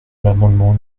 l’amendement